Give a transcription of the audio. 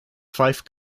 fife